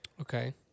Okay